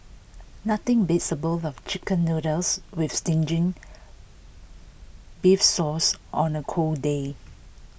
nothing beats A bowl of Chicken Noodles with zingy beef sauce on A cold day